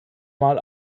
mal